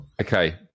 okay